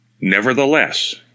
Nevertheless